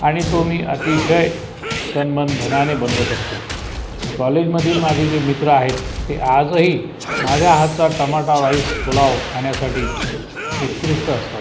आणि तो मी अतिशय तन मन धनाने बनवत असतो कॉलेजमधील माझे जे मित्र आहेत ते आजही माझ्या हातचा टमाटा रॉईस पुलाव खान्यासाठी उत्कृष्ट असतात